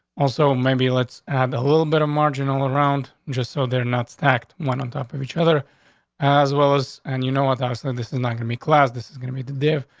also, maybe let's have a little bit of marginal around. just so they're not stacked one on top of each other as well as and you know what i said? and this is not gonna be class. this is gonna be the day.